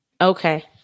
Okay